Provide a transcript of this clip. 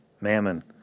Mammon